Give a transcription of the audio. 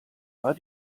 war